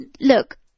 Look